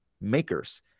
makers